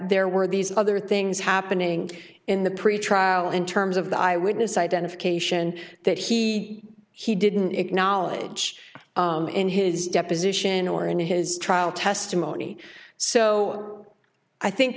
there were these other things happening in the pretrial in terms of the eyewitness identification that he he didn't acknowledge in his deposition or in his trial testimony so i think